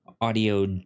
audio